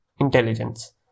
intelligence